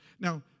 Now